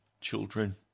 children